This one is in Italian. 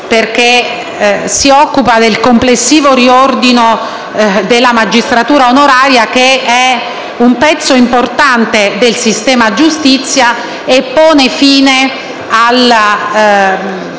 che si occupa del complessivo riordino della magistratura onoraria, che è un pezzo importante del sistema giustizia, e pone fine al